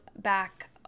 back